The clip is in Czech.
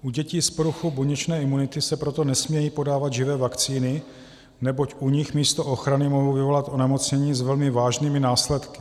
U dětí s poruchou buněčné imunity se proto nesmějí podávat živé vakcíny, neboť u nich místo ochrany mohou vyvolat onemocnění s velmi vážnými následky.